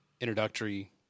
introductory